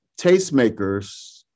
tastemakers